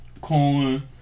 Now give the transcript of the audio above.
Corn